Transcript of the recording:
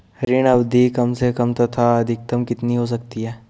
ऋण अवधि कम से कम तथा अधिकतम कितनी हो सकती है?